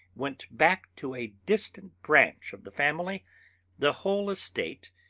went back to a distant branch of the family the whole estate,